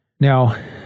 Now